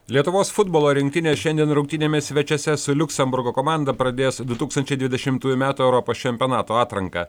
lietuvos futbolo rinktinė šiandien rungtynėmis svečiuose su liuksemburgo komanda pradės du tūkstančiai dvidešimtųjų metų europos čempionato atranką